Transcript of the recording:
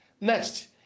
Next